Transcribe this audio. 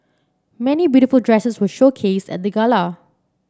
many beautiful dresses were showcased at the gala